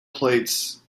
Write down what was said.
plates